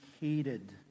hated